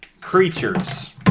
creatures